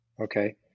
okay